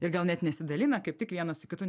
ir gal net nesidalina kaip tik vienas su kitu